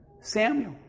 Samuel